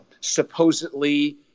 supposedly